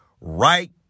right